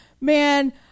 man